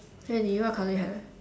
really what colour you have